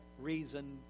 reason